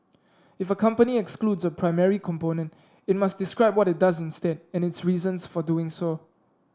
if a company excludes a primary component it must describe what it does instead and its reasons for doing so